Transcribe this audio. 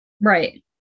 Right